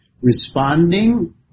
responding